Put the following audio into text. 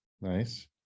nice